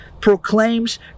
proclaims